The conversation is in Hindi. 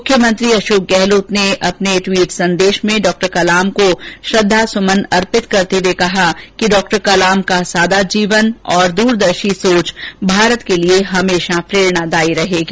मुख्यमंत्री अशोक गहलोत ने अपने टिवटर संदेश में डॉ कलाम को श्रद्वासुमन अर्पित करते हुए कहा कि डॉ कलाम का सादा जीवन और दूरदर्शी सोच भारत के लिये हमेशा प्रेरणादायी रहेगी